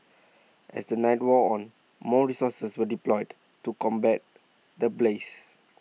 as the night wore on more resources were deployed to combat the blaze